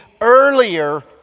earlier